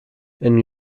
and